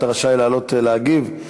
אתה רשאי לעלות להגיב,